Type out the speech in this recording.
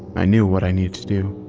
i knew what i needed to do.